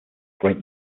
great